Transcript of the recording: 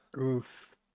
oof